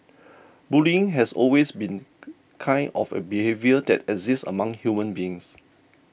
bullying has always been kind of a behaviour that exists among human beings